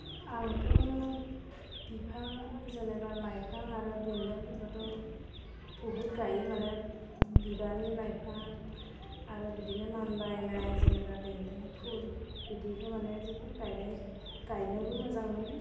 आंथ' बिफां जेनेबा लाइफां आरो बेन्दोंफोरखौथ' बहुत गायो माने बिबारनि लाइफां आरो बिदिनो मानबायनाय जेनेबा बेन्दों फुल बिदिखौ माने जेबो गायनाय गायनोबो मोजां मोनो